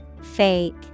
Fake